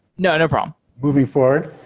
no no problem moving forward,